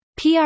PR